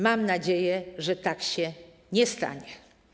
Mam nadzieję, że tak się nie stanie.